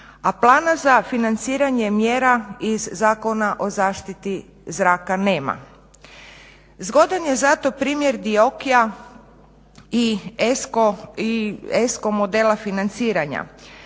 a plana za financiranje mjera iz Zakona o zaštiti zraka nema. Zgodan je zato primjer Dioki-a i ESCO modela financiranja.